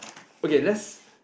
okay let's